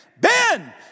Ben